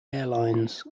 airlines